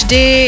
Day